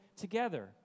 together